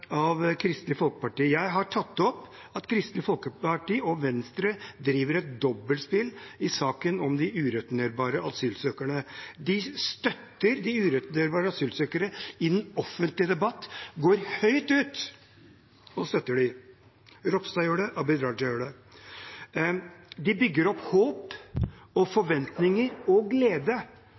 av Kristelig Folkeparti. Jeg har tatt opp at Kristelig Folkeparti og Venstre driver et dobbeltspill i saken om de ureturnerbare asylsøkerne. De støtter de ureturnerbare asylsøkerne i den offentlige debatten. De går høyt ut og støtter dem – Kjell Ingolf Ropstad gjør det, og Abid Raja gjør det. De bygger opp håp og forventninger og glede,